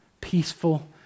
peaceful